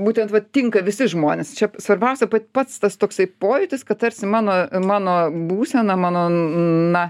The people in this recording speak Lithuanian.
būtent vat tinka visi žmonės čia svarbiausia pats tas toksai pojūtis kad tarsi mano mano būsena mano na